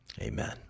Amen